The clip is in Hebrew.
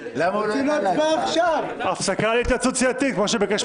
אני מחדש את ישיבת